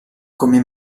come